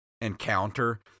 encounter